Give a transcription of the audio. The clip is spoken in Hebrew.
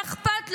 מה אכפת לו.